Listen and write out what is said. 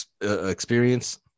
experience